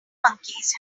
monkeys